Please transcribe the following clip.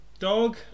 dog